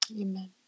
Amen